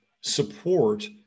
support